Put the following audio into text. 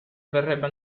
verrebbe